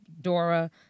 Dora